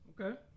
Okay